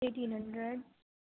eighteen hundred